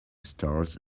stores